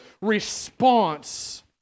response